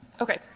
Okay